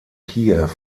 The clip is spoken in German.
kiew